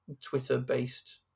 Twitter-based